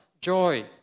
joy